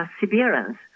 perseverance